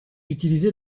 utilisé